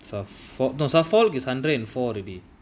south fort for south fort is hundred and forty